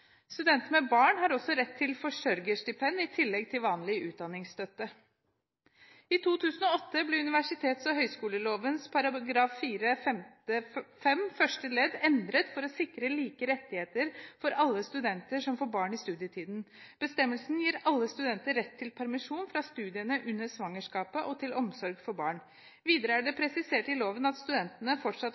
Studenter med barn har også rett til forsørgerstipend i tillegg til vanlig utdanningsstøtte. I 2008 ble universitets- og høyskolelovens § 4-5 første ledd endret for å sikre like rettigheter for alle studenter som får barn i studietiden. Bestemmelsen gir alle studenter rett til permisjon fra studiene under svangerskapet og til omsorg for barn. Videre er det presisert i loven at studenten fortsatt